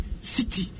City